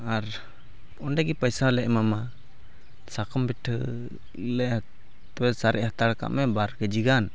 ᱟᱨ ᱚᱸᱰᱮ ᱜᱮ ᱯᱚᱭᱥᱟ ᱦᱚᱸᱞᱮ ᱮᱢᱟᱢᱟ ᱥᱟᱠᱚᱢ ᱯᱤᱴᱷᱟᱹ ᱞᱮ ᱦᱟᱛᱟᱣᱟ ᱥᱟᱨᱮᱡ ᱦᱟᱛᱟᱲ ᱠᱟᱜ ᱢᱮ ᱵᱟᱨ ᱠᱮᱹᱡᱤ ᱜᱟᱱ